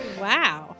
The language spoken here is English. Wow